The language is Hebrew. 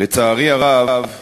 לצערי הרב,